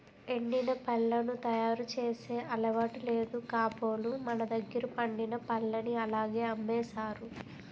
ఎండిన పళ్లను తయారు చేసే అలవాటు లేదు కాబోలు మనదగ్గర పండిన పల్లని అలాగే అమ్మేసారు